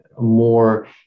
more